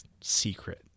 secret